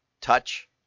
touch